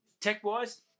Tech-wise